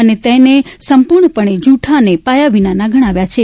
અને તેને સંપૂર્ણપક્ષે જૂઠા અને પાયાવિનાના ગણાવ્યા છે